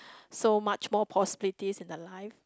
so much more possibilities in the life